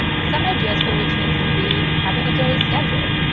some ideas for routines can be having a daily schedule.